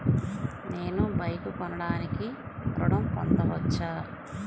నేను బైక్ కొనటానికి ఋణం పొందవచ్చా?